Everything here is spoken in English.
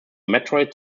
metroid